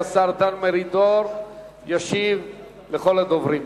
יעלה השר דן מרידור וישיב לכל הדוברים.